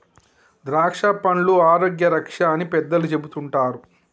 ద్రాక్షపండ్లు ఆరోగ్య రక్ష అని పెద్దలు చెపుతుంటారు